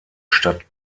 stadt